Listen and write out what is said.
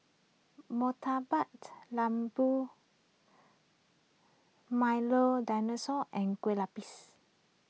Murtabak Lembu Milo Dinosaur and Kueh Lapis